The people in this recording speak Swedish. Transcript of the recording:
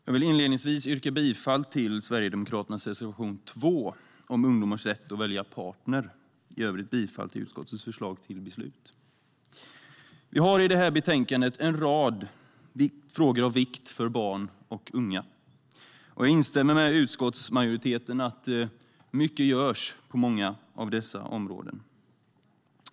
Herr talman! Jag yrkar inledningsvis bifall till Sverigedemokraternas reservation 2 om ungdomars rätt att välja partner. I övrigt yrkar jag bifall till utskottets förslag till beslut. Vi har i det här betänkandet en rad frågor av vikt för barn och unga. Jag instämmer med utskottsmajoriteten - mycket görs på många av dessa områden.